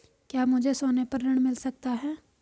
क्या मुझे सोने पर ऋण मिल सकता है?